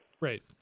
Right